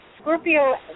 Scorpio